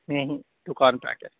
یہیں دوکان پہ آ کے